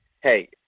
hey